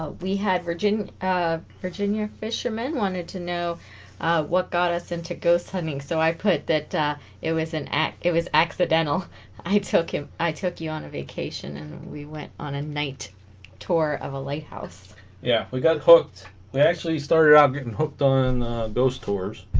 ah we had virginia virginia fisherman wanted to know what got us into ghost hunting so i put that it was an act it was accidental i took him i took you on a vacation and we went on a night tour of a lighthouse yeah we got hooked we actually started out getting hooked on those tours